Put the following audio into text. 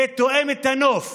זה תואם את הנוף,